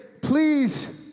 please